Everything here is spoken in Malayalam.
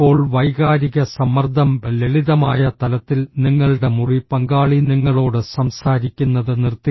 ഇപ്പോൾ വൈകാരിക സമ്മർദ്ദംഃ ലളിതമായ തലത്തിൽ നിങ്ങളുടെ മുറി പങ്കാളി നിങ്ങളോട് സംസാരിക്കുന്നത് നിർത്തി